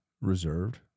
reserved